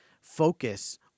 focus